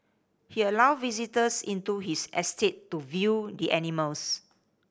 he allowed visitors into his estate to view the animals